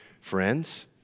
friends